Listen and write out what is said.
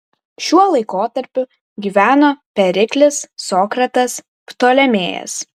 šiuo laikotarpiu gyveno periklis sokratas ptolemėjas